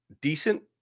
decent